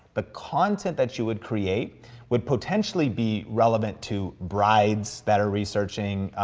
the content that you would create would potentially be relevant to brides that are researching,